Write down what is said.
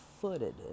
footed